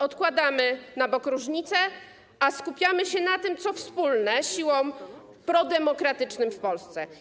Odkładamy na bok różnice, a skupiamy się na tym, co wspólne dla sił prodemokratycznych w Polsce.